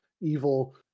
evil